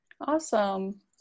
Awesome